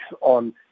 on